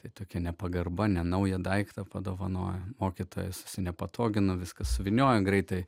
tai tokia nepagarba nenaują daiktą padovanojo mokytojas sunepatogino viską suvyniojo greitai